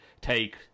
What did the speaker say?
take